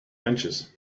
benches